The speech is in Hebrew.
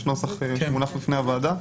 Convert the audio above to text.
יש נוסח שמונח בפני הוועדה.